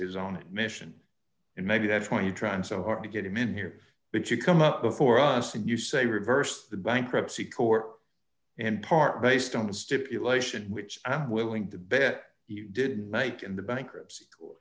is on a mission and maybe that's why you tried so hard to get him in here because you come up before us and you say reverse the bankruptcy court in part based on the stipulation which i am willing to bet you didn't make in the bankruptcy co